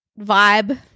vibe –